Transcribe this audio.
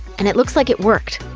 and it looks like it worked.